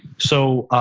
so